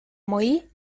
moí